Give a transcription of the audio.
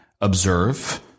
observe